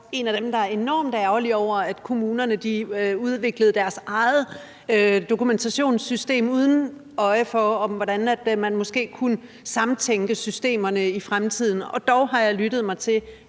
en af dem, der er enormt ærgerlig over, at kommunerne udviklede deres eget dokumentationssystem uden øje for, hvordan man måske kunne sammentænke systemerne i fremtiden. Og dog har jeg lyttet mig til,